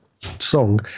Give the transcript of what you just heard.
song